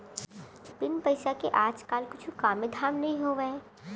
बिन पइसा के आज काल कुछु कामे धाम नइ होवय